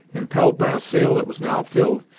impelled by a sail that was now filled,